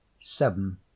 Seven